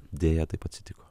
deja taip atsitiko